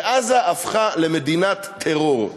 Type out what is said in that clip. ועזה הפכה למדינת טרור.